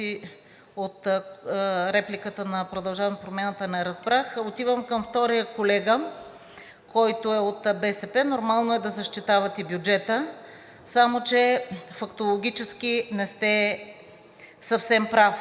от репликата на „Продължаваме Промяната“ не разбрах, отивам към втория колега, който е от БСП. Нормално е да защитавате бюджета, само че фактологически не сте съвсем прав.